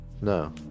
No